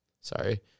Sorry